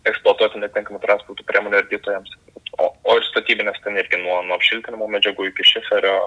eksploatuoti netinkamų transporto priemonių ardytojams o o ir statybinės nuo nuo apšiltinimo medžiagų iki šiferio